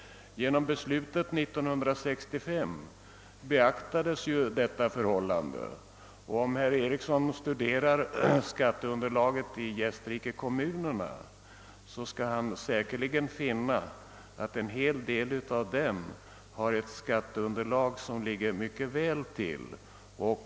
Genom beslutet 1965 beaktades detta förhållande. Om herr Eriksson i Bäckmora studerar skatteunderlaget i gästrikekommunerna, så skall han säkerligen finna att en hel del av dessa har ett skatteunderlag som ligger mycket väl uppe.